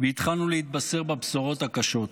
והתחלנו להתבשר בבשורות הקשות: